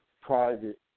private